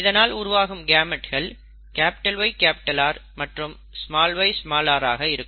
இதனால் உருவாகும் கேமெட்கள் YR மற்றும் yr ஆக இருக்கும்